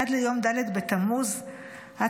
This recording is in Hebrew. עד ליום ד' בתמוז התשפ"ה,